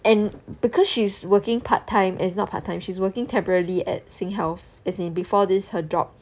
and because she's working part time as not part time she's working temporarily at singhealth as in before this her job